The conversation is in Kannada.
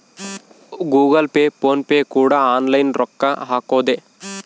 ಗೂಗಲ್ ಪೇ ಫೋನ್ ಪೇ ಕೂಡ ಆನ್ಲೈನ್ ರೊಕ್ಕ ಹಕೊದೆ